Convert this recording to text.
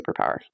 superpower